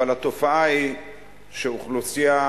אבל התופעה היא שאוכלוסייה